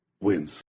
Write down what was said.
wins